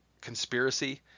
conspiracy